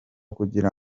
kugira